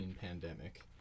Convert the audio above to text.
pandemic